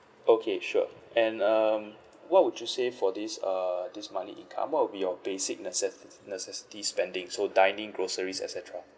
okay sure and um what would you say for this uh this monthly income what will be your basic necessit~ necessity spending so dining groceries et cetera